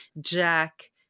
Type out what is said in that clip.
Jack